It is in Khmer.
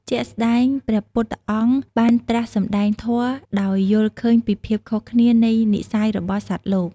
ជាក់ស្ដែង ព្រះពុទ្ធអង្គបានត្រាស់សម្តែងធម៌ដោយយល់ឃើញពីភាពខុសគ្នានៃនិស្ស័យរបស់សត្វលោក។